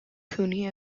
cooney